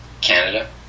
Canada